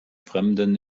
fremden